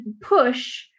push